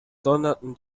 donnerten